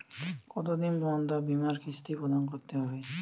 কতো দিন পর্যন্ত বিমার কিস্তি প্রদান করতে হবে?